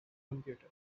computer